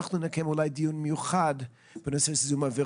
אולי נקיים דיון מיוחד בנושא זיהום אוויר